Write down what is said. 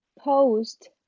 post